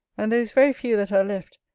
and those very few that are left,